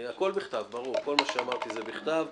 הכול בכתב, ברור, כל מה שאמרתי זה בכתב.